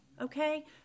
okay